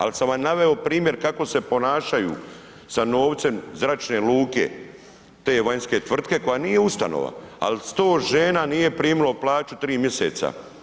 Ali sam vam naveo primjer kako se ponašaju sa novcem zračne luke te vanjske tvrtke koja nije ustanova, ali 100 žena nije primilo plaću 3 mjesec.